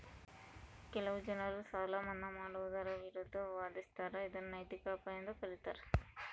ಕೆಲವು ಜನರು ಸಾಲ ಮನ್ನಾ ಮಾಡುವುದರ ವಿರುದ್ಧ ವಾದಿಸ್ತರ ಇದನ್ನು ನೈತಿಕ ಅಪಾಯ ಎಂದು ಕರೀತಾರ